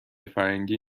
فرنگی